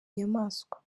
nyamaswa